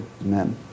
Amen